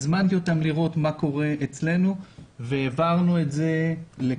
הזמנתי אותה לראות מה קורה אצלנו וזה עבר